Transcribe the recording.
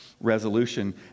resolution